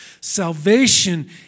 Salvation